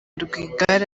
rwigara